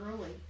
early